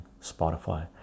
Spotify